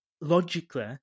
logically